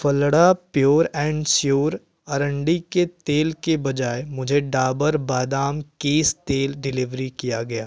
फलडा pure n sure अरंडी के तेल के बजाय मुझे डाबर बादाम केश तेल डिलेभरी किया गया